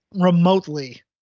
remotely